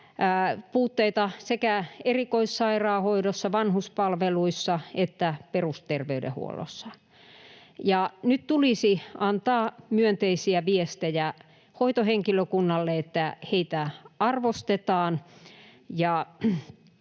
puutteita niin erikoissairaanhoidossa, vanhuspalveluissa kuin perusterveydenhuollossa, ja nyt tulisi antaa myönteisiä viestejä hoitohenkilökunnalle, että heitä arvostetaan